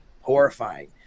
horrifying